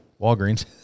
Walgreens